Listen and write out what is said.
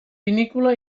vinícola